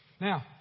Now